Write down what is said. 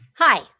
Hi